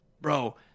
Bro